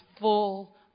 full